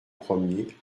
premier